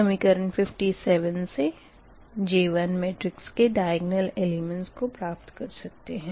समीकरण 57 से J1 matrix के दयग्नल एलिमेंटस को प्राप्त कर सकते है